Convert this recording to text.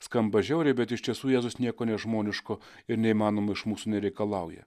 skamba žiauriai bet iš tiesų jėzus nieko nežmoniško ir neįmanomo iš mūsų nereikalauja